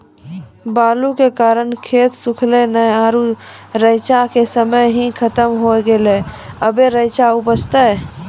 बालू के कारण खेत सुखले नेय आरु रेचा के समय ही खत्म होय गेलै, अबे रेचा उपजते?